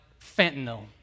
fentanyl